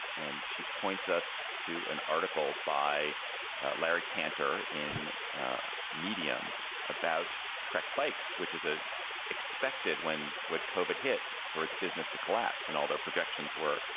and she points us to an article by larry kantor in media about trek bikes, which is ah expected expected when what covid hit for its business to collapse and all their projections were,